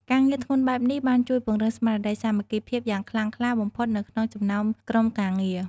ការងារធ្ងន់បែបនេះបានជួយពង្រឹងស្មារតីសាមគ្គីភាពយ៉ាងខ្លាំងក្លាបំផុតនៅក្នុងចំណោមក្រុមការងារ។